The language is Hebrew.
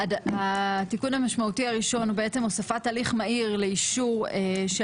התיקון המשמעותי הראשון הוא בעצם הוספת הליך מהיר לאישור של